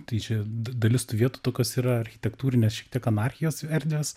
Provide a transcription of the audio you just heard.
tai čia da dalis tų vietų tokios yra architektūrinės šiek tiek anarchijos erdvės